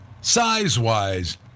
size-wise